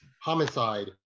Homicide